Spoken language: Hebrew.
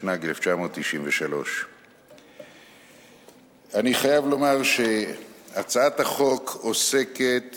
התשנ"ג 1993. אני חייב לומר שהצעת החוק עוסקת